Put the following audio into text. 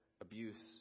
abuse